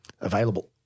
available